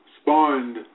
spawned